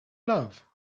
love